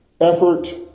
effort